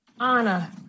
Anna